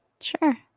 Sure